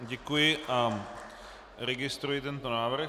Děkuji a registruji tento návrh.